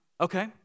Okay